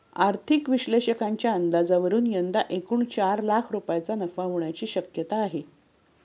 आर्थिक विश्लेषकांच्या अंदाजावरून यंदा एकूण चार लाख रुपयांचा नफा होण्याची शक्यता आहे